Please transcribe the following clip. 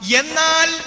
Yenal